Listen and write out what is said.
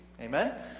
Amen